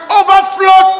overflow